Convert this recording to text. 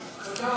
משפטים.